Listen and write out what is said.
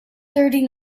thirty